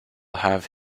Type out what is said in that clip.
have